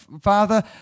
Father